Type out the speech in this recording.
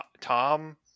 Tom